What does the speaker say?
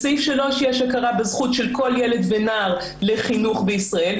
בסעיף 3 יש הכרה בזכות של כל ילד ונער לחינוך בישראל,